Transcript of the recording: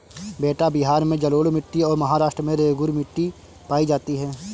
बेटा बिहार में जलोढ़ मिट्टी और महाराष्ट्र में रेगूर मिट्टी पाई जाती है